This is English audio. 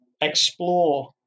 explore